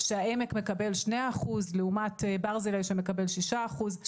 שהעמק מקבל שני אחוז לעומת ברזילי שמקבל שישה אחוז.